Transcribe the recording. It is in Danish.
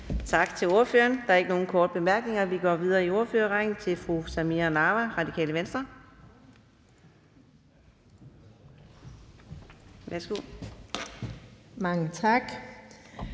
Tak til ordføreren. Der er ikke nogen korte bemærkninger, og vi går videre i ordførerrækken til fru Samira Nawa, Radikale Venstre. Værsgo. Kl.